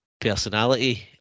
personality